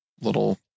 little